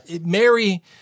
Mary